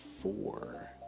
four